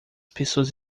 pessoas